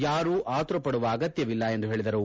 ಯಾರೂ ಆತುರ ಪಡುವ ಅಗತ್ಯವಿಲ್ಲ ಎಂದು ಹೇಳಿದರು